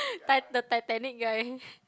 ti~ the Titanic ya ya